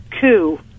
coup